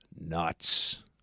nuts